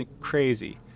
crazy